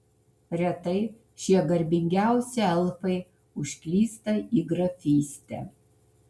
retai šie garbingiausi elfai užklysta į grafystę